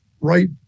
right